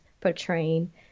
portraying